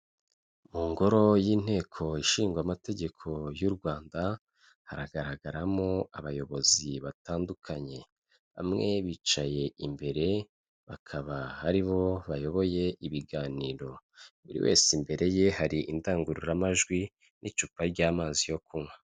Mu ngoro y'inteko ishinga amategeko y'u Rwanda haragaragaramo abayobozi batandukanye bamwe bicaye imbere bakaba aribo bayoboye ibiganiro buri wese imbere ye hari indangururamajwi n'icupa ry'amazi yo kunywa.